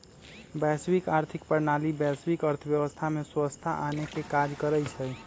वैश्विक आर्थिक प्रणाली वैश्विक अर्थव्यवस्था में स्वछता आनेके काज करइ छइ